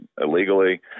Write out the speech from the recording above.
illegally